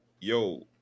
yo